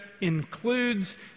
includes